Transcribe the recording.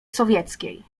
sowieckiej